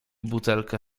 butelkę